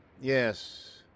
Yes